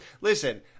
Listen